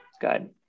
good